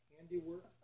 Handiwork